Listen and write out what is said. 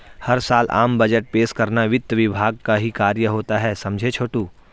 हर साल आम बजट पेश करना वित्त विभाग का ही कार्य होता है समझे छोटू